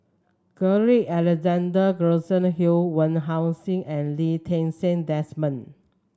Carl Alexander Gibson Hill Wong Heck Sing and Lee Ti Seng Desmond